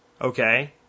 Okay